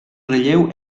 relleu